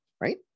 right